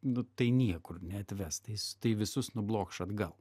nu tai tai niekur neatves tais tai visus nublokš atgal